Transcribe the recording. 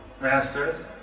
masters